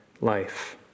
life